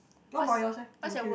what about yours leh I'm curious